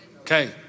Okay